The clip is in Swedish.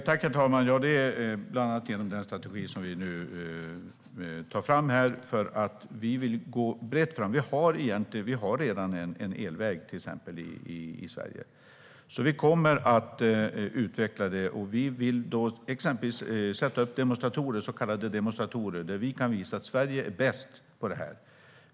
Herr talman! Detta görs bland annat genom den strategi som vi nu tar fram. Vi vill gå brett fram. Vi har till exempel redan en elväg i Sverige. Vi kommer att utveckla detta och vill då exempelvis sätta upp så kallade demonstratorer, där vi kan visa att Sverige är bäst på detta.